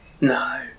No